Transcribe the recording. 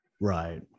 Right